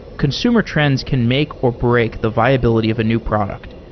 consumer trends can make or break the viability of a new product.